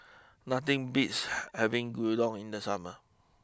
nothing beats having Gyudon in the summer